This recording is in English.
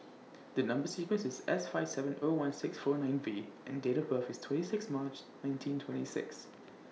The Number sequence IS S five seven O one six four nine V and Date of birth IS twenty six March nineteen twenty six